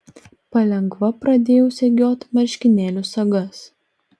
palengva pradėjau segiot marškinių sagas